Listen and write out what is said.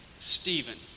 Stephen